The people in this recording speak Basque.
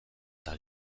eta